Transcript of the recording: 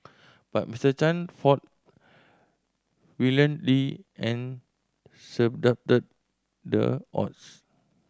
but Mr Chan fought valiantly and the the odds